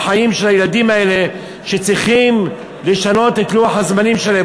החיים של הילדים האלה שצריכים לשנות את לוח הזמנים שלהם.